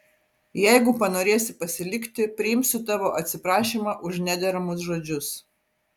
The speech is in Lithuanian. jeigu panorėsi pasilikti priimsiu tavo atsiprašymą už nederamus žodžius